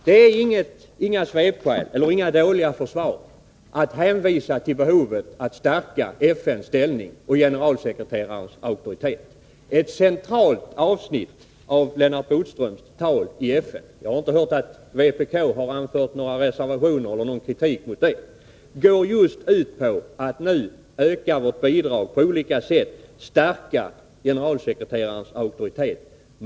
Det är inget dåligt försvar att hänvisa till behovet av att stärka FN:s ställning och generalsekreterarens auktoritet. Ett centralt avsnitt i Lennart Bodströms tal i FN — jag har inte hört att vpk har anfört några reservationer eller någon kritik mot det — går just ut på att öka vårt bidrag för att på olika sätt stärka generalsekreterarens auktoritet.